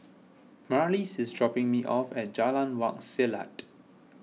Marlys is dropping me off at Jalan Wak Selat